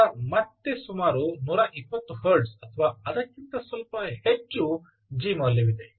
ನಂತರ ಮತ್ತೆ ಸುಮಾರು 120 ಹರ್ಟ್ಜ್ ಅಥವಾ ಅದಕ್ಕಿಂತ ಸ್ವಲ್ಪ ಹೆಚ್ಚು G ಮೌಲ್ಯವಿದೆ